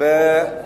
אם זה קצת,